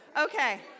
Okay